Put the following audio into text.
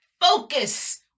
Focus